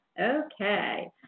Okay